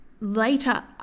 later